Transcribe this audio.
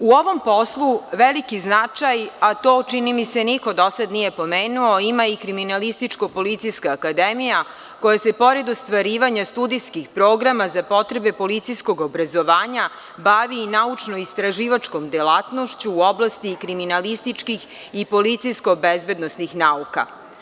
U ovom poslu veliki značaj, a to čini mi se niko do sada nije pomenuo, ima i Kriminalističko-policijska akademija koja se pored ostvarivanja studijskih programa za potrebe policijskog obrazovanja, bavi i naučno-istraživačkom delatnošću u oblasti kriminalističkih i policijsko-bezbednosnih nauka.